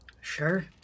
Sure